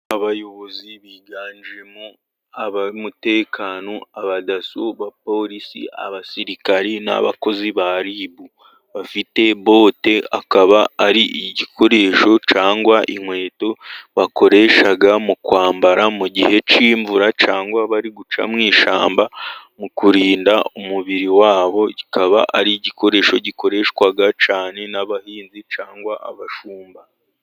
Abayobozi biganjemo ab'umutekano, abadaso, apolisi, abasirikari, n'abakozi ba ribu, bafite bote, akaba ari igikoresho cyangwa inkweto bakoresha mu kwambara mu gihe cy'imvura, cyangwa bari guca mu ishyamba, mu kurinda umubiri wabo, ki kaba ari igikoresho gikoreshwa cyane n'abahinzi cyangwa abashumba.